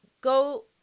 go